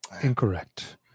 incorrect